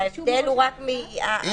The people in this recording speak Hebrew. ההבדל הוא רק --- לא.